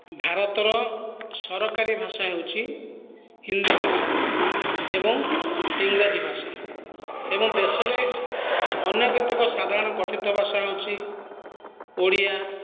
ଭାରତର ସରକାରୀ ଭାଷା ହେଉଛି ହିନ୍ଦୀ ଭାଷା ଏବଂ ଇଂରାଜୀ ଭାଷା ଏବଂ ଦେଶରେ ଅନ୍ୟ କେତେକ ସାଧାରଣ କଥିତ ଭାଷା ହେଉଛି ଓଡ଼ିଆ